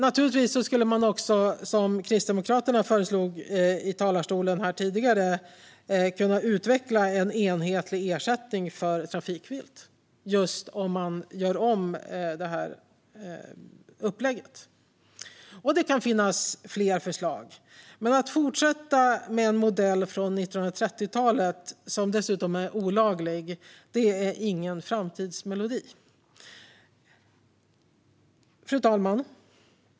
Naturligtvis skulle man också, som Kristdemokraterna föreslog här tidigare i talarstolen, kunna utveckla en enhetlig ersättning för trafikvilt om man nu gör om upplägget. Det kan finnas fler förslag, men att fortsätta med en modell från 1930-talet som dessutom är olaglig är ingen framtidsmelodi. Fru talman!